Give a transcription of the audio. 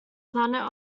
planet